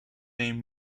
name